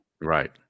Right